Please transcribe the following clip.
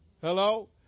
Hello